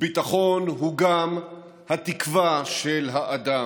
וביטחון הוא גם התקווה של האדם".